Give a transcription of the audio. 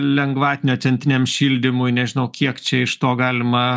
lengvatinio centriniam šildymui nežinau kiek čia iš to galima